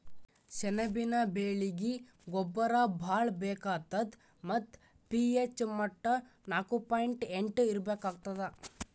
ಸೆಣಬಿನ ಬೆಳೀಗಿ ಗೊಬ್ಬರ ಭಾಳ್ ಬೇಕಾತದ್ ಮತ್ತ್ ಪಿ.ಹೆಚ್ ಮಟ್ಟಾ ನಾಕು ಪಾಯಿಂಟ್ ಎಂಟು ಇರ್ಬೇಕಾಗ್ತದ